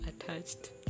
attached